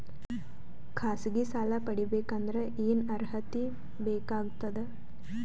ಖಾಸಗಿ ಸಾಲ ಪಡಿಬೇಕಂದರ ಏನ್ ಅರ್ಹತಿ ಬೇಕಾಗತದ?